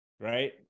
right